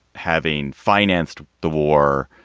having financed the war,